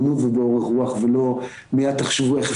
הסיבה כי אנחנו רוצים לייצר קבוצה שתאפשר